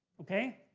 okay?